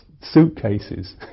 suitcases